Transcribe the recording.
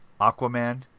aquaman